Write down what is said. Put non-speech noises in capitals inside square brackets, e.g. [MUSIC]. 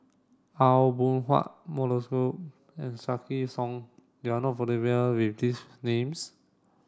Aw Boon Haw [UNINTELLIGIBLE] and Wykidd Song you are not familiar with these names